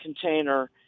container